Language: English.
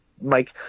Mike